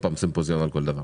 לא עוד פעם סימפוזיון על כל דבר.